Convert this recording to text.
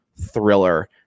thriller